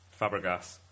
Fabregas